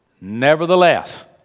Nevertheless